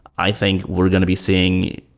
i think we're going to be seeing